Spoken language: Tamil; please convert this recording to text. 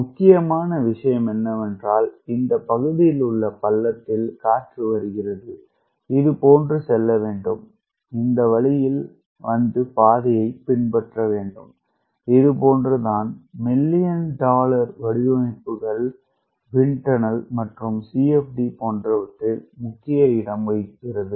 முக்கியமான விஷயம் என்னவென்றால் இந்த பகுதியில் உள்ள பள்ளத்தில் காற்று வருகிறது இதுபோன்று செல்லவேண்டும் இந்த வழியில் வந்து பாதையை பின்பற்ற வேண்டும் இது போன்றுதான் மில்லியன் டாலர் வடிவமைப்புகள் விண்ட் டன்னால் CFD போன்றவற்றில் முக்கியமாக இடம் வகிக்கிறது